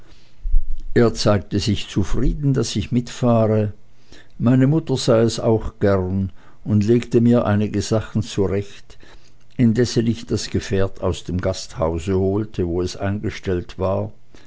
er zeigte sich zufrieden daß ich mitfahre meine mutter sah es auch gern und legte mir einige sachen zurecht indessen ich das gefährte aus dem gasthause holte wo es eingestellt war